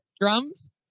drums